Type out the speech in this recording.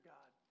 God